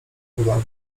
powagę